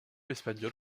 espagnol